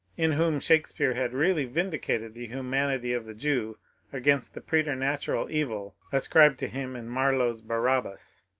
in whom shakespeare had really vindicated the humanity of the jew against the preternatural evil ascribed to him in mar lowe's barabbas.